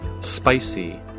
spicy